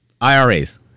IRAs